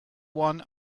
one